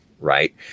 Right